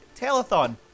telethon